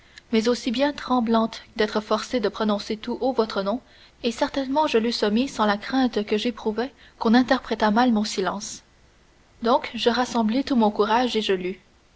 mais aussi bien tremblante d'être forcée de prononcer tout haut votre nom et certainement je l'eusse omis sans la crainte que j'éprouvais qu'on interprétât mal mon silence donc je rassemblai tout mon courage et je lus